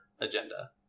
agenda